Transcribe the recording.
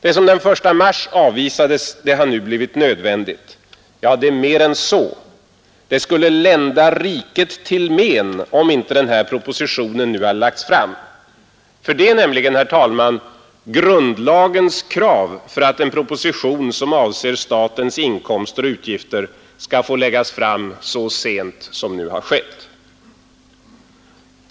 Det som den 1 mars avvisades har nu blivit nödvändigt — ja, mer än så, det skulle lända riket till men om inte propositionen nu lagts fram. Ty detta är, herr talman, grundlagens krav för att en proposition som avser statens inkomster och utgifter skall få läggas fram så sent som nu har skett.